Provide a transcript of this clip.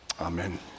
Amen